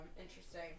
interesting